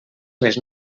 les